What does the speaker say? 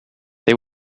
they